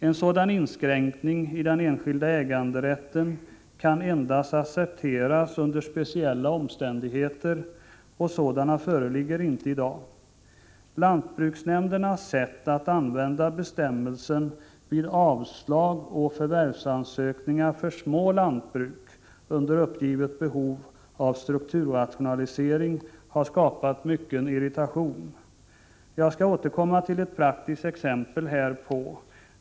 En sådan inskränkning i den enskilda äganderätten kan endast accepteras under speciella omständigheter och sådana föreligger inte i dag. Lantbruksnämndernas sätt att använda bestämmelsen vid avslag på förvärvsansökningar för små lantbruk under uppgivet behov av strukturrationalisering har skapat mycken irritation. Jag skall återkomma till ett praktiskt exempel härpå.